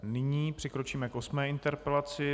Nyní přikročíme k osmé interpelaci.